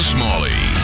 Smalley